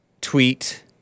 tweet